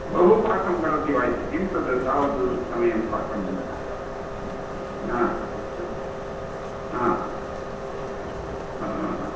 बहु पाकं करोति वा इति किं तत् तावत् समयं पाकम् आ आ अस्तु